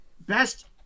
best